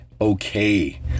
okay